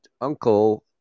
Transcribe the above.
uncle